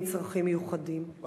צרכים מיוחדים נכללים במסגרת סל הקליטה?